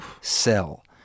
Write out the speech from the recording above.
sell